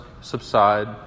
subside